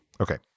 Okay